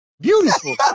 Beautiful